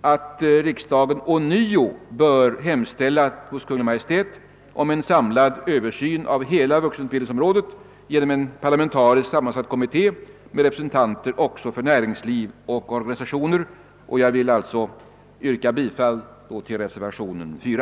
att riksdagen ånyo bör anhålla hos Kungl. Maj:t om en samlad översyn av hela vuxenutbildningsområdet genom en parlamentariskt sammansatt kommitté med representanter även för näringsliv och organisationer. Herr talman! Jag ber att få yrka bifall till reservation 4.